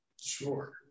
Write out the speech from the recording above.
Sure